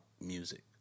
music